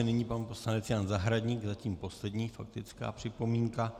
Nyní pan poslanec Jan Zahradník, zatím poslední faktická připomínka.